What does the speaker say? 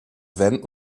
wenn